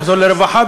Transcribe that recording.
יחזור לרווחה,